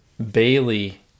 Bailey